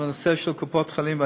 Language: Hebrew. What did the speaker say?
לא בסמכות המשטרה.